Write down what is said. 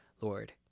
Lord